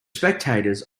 spectators